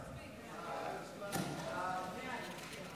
חוק לתיקון פקודת המשטרה